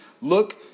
look